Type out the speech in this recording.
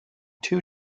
two